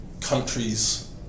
countries